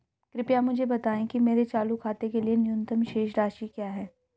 कृपया मुझे बताएं कि मेरे चालू खाते के लिए न्यूनतम शेष राशि क्या है